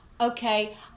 Okay